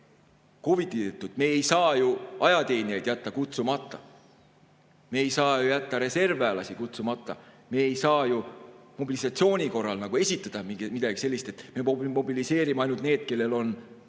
COVID‑i tõttu ajateenijaid jätta kutsumata, me ei saa ju jätta reservväelasi kutsumata, me ei saa ju mobilisatsiooni korral esitada midagi sellist, et me mobiliseerime ainult need, kellel on